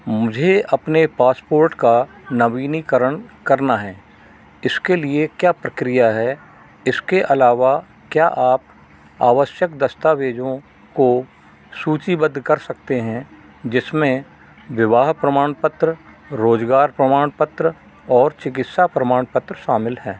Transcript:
मुझे अपने पासपोर्ट का नवीनीकरण करना है इसके लिए क्या प्रक्रिया है इसके अलावा क्या आप आवश्यक दस्तावेज़ों को सूचीबद्ध कर सकते हैं जिसमें विवाह प्रमाणपत्र रोजगार प्रमाणपत्र और चिकित्सा प्रमाणपत्र शामिल हैं